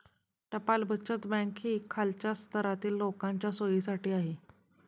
टपाल बचत बँक ही खालच्या स्तरातील लोकांच्या सोयीसाठी आहे